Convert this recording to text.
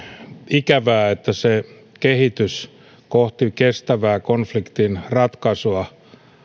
ikävää että kehitys kohti kestävää konfliktin ratkaisua